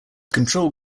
control